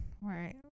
right